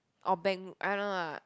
or bank I don't know ah